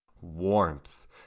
warmth